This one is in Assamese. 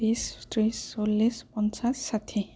বিশ ত্ৰিছ চল্লিছ পঞ্চাছ ষাঠি